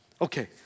Okay